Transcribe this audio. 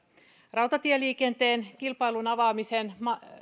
rautatieliikenteen kilpailun